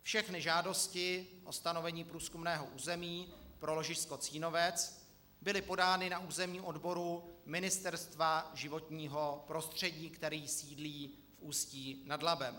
Všechny žádosti o stanovení průzkumného území pro ložisko Cínovec byly podány na územním odboru Ministerstva životního prostředí, který sídlí v Ústí nad Labem.